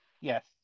Yes